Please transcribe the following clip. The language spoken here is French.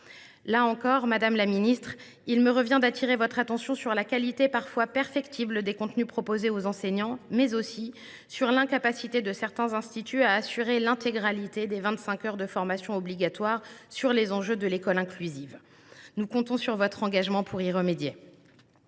Là encore, madame la ministre, il me revient d’attirer votre attention sur la qualité parfois perfectible des contenus proposés aux enseignants, mais aussi sur l’incapacité de certains instituts à assurer l’intégralité des vingt cinq heures de formation obligatoire sur les enjeux de l’école inclusive. Nous comptons sur votre engagement pour y remédier.